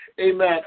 amen